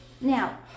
Now